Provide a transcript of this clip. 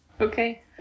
Okay